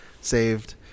saved